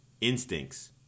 instincts